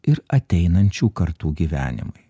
ir ateinančių kartų gyvenimui